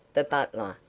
the butler,